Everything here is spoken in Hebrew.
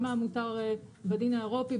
גם מהמותר בדין האירופי,